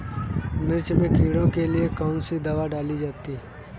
मिर्च में कीड़ों के लिए कौनसी दावा डाली जाती है?